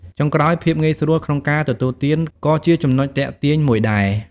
ចុងក្រោយ ភាពងាយស្រួលក្នុងការទទួលទាន ក៏ជាចំណុចទាក់ទាញមួយដែរ។